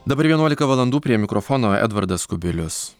dabar vienuolika valandų prie mikrofono edvardas kubilius